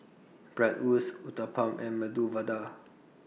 Bratwurst Uthapam and Medu Vada